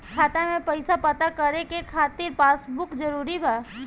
खाता में पईसा पता करे के खातिर पासबुक जरूरी बा?